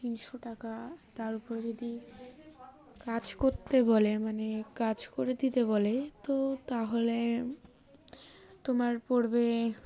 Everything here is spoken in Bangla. তিনশো টাকা তার উপর যদি কাজ করতে বলে মানে কাজ করে দিতে বলে তো তাহলে তোমার পড়বে